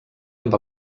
amb